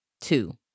two